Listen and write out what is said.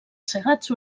segats